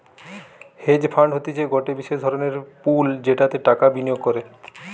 hedge fund হতিছে গটে বিশেষ ধরণের পুল যেটাতে টাকা বিনিয়োগ করে